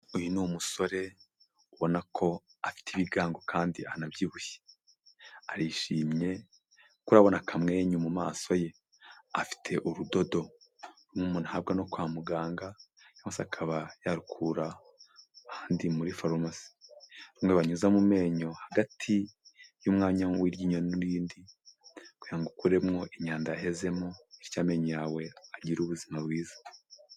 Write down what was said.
Uyu ni umusore ubona ko afite ibigango kandi anabyibushye, arishimye kuko urabona akamwenyu mu maso ye, afite urudodo umuntu ahabwa no kwa muganga maze akaba yarukura ahandi muri farumasi, rumwe babanyuza mu menyo hagati y'umwanya w'iryinyo n'irindi kugira ngo ukuremwo imyanda yahezemo bityo amenyo yawe agire ubuzima bwiza.